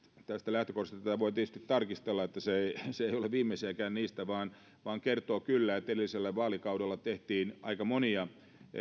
tästä lähtökohdasta tätä voi tietysti tarkistella että se se ei ole viimeisiäkään niistä mikä kertoo kyllä siitä että edellisellä vaalikaudella tehtiin aika monia